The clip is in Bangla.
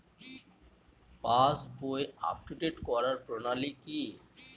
পাসবই আপডেট করার প্রণালী কি?